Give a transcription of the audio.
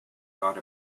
got